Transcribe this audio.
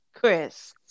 Chris